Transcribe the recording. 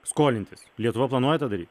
skolintis lietuva planuoja tą daryt